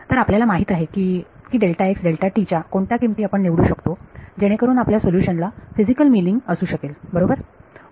तर आपल्याला माहित आहे की की च्या कोणत्या किमती आपण निवडू शकतो जेणेकरून आपल्या सोल्युशन ला फिजिकल मिनिंग असू शकेल बरोबर